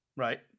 Right